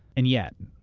and yet,